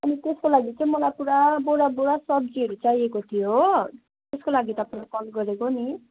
अनि त्यसको लागि चाहिँ मलाई पुरा बोरा बोरा सब्जीहरू चाहिएको थियो हो त्यसको लागि तपाईँलाई कल गरेको नि